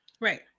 Right